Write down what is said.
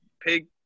Pig